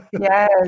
Yes